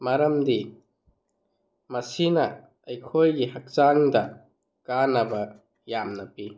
ꯃꯔꯝꯗꯤ ꯃꯁꯤꯅ ꯑꯩꯈꯣꯏꯒꯤ ꯍꯛꯆꯥꯡꯗ ꯀꯥꯟꯅꯕ ꯌꯥꯝꯅ ꯄꯤ